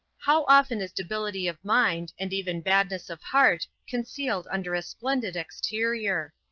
how often is debility of mind, and even badness of heart concealed under a splendid exterior!